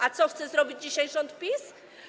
A co chce zrobić dzisiaj rząd PiS?